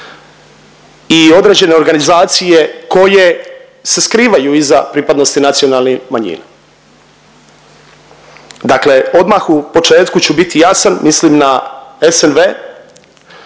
i određene organizacije koje se skrivaju iza pripadnosti nacionalnih manjina. Dakle, odmah u početku ću biti jasan mislim na SNV